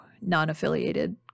non-affiliated